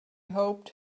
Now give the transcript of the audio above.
hoped